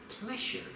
pleasure